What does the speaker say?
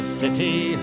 city